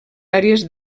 àrees